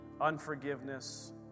unforgiveness